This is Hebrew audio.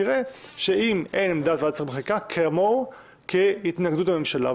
אתה תראה שכשאין עמדת ועדת שרים לחקיקה זה כמו שיש התנגדות ממשלה.